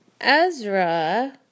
Ezra